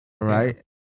Right